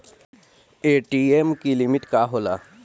ATM की limit का होला?